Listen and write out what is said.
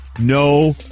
no